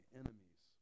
enemies